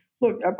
Look